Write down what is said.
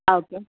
okay